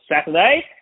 Saturday